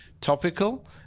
topical